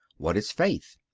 what is faith?